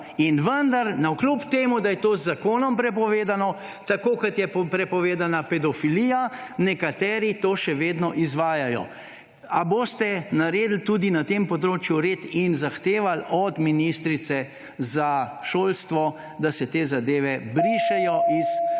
In vendar navkljub temu, da je to z zakonom prepovedano, tako kot je prepovedana pedofilija, nekateri to še vedno izvajajo. Ali boste naredili tudi na tem področju red in zahtevali od ministrice za šolstvo, da se te zadeve brišejo iz